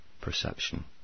perception